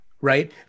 Right